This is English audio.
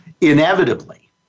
inevitably